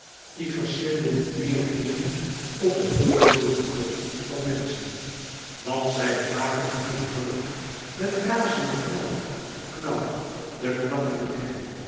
die verslindend neêr vielen op een hulplooze klomp van menschen want zij braken huilbrullend met razenden knauw op knauw de knakkende nekken